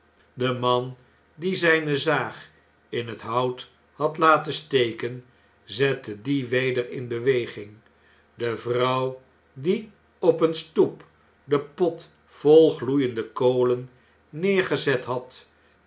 de man die zpe zaag in het hout had laten steken zette die weder in beweging de vrouw die op een stoep den pot vol gloeiende kolen neergezet had